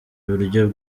buryo